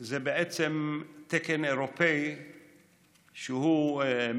זה בעצם תקן אירופי משופר.